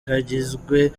kagizwe